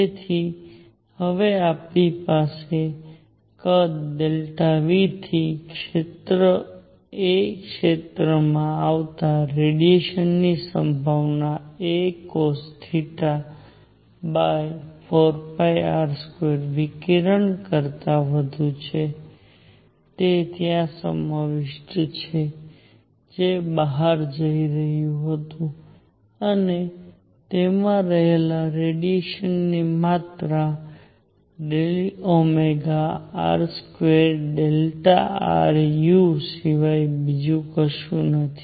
તેથી હવે આપણી પાસે કદ V થી ક્ષેત્ર a ક્ષેત્રમાં આવતા રેડીએશનની સંભાવના a cosθ4πr2 વિકિરણકરતાં વધુ છે તે ત્યાં સમાવિષ્ટ છે જે બહાર જઈ રહ્યું છે અને તેમાં રહેલા રેડીએશનની માત્રા dΩr2Δru સિવાય બીજું કશું નથી